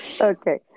Okay